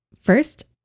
first